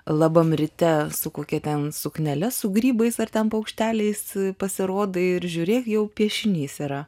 labam ryte su kokia ten suknele su grybais ar ten paukšteliais pasirodai ir žiūrėk jau piešinys yra